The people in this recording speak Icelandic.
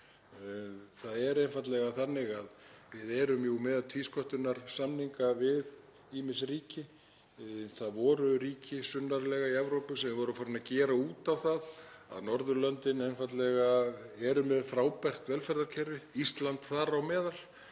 Það er einfaldlega þannig að við erum jú með tvísköttunarsamninga við ýmis ríki. Það voru ríki sunnarlega í Evrópu sem voru farin að gera út á það að Norðurlöndin eru einfaldlega með frábært velferðarkerfi, Ísland þar á meðal,